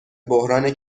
بحران